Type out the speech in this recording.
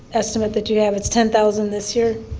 estimate that you have, it's ten thousand this year.